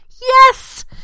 Yes